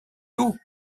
tout